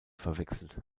verwechselt